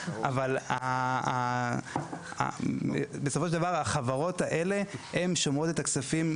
אבל בסופו של דבר החברות האלה הן שומרות את הכספים,